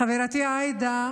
חברתי עאידה,